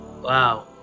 Wow